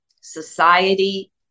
society